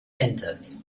entered